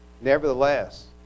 Nevertheless